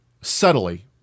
subtly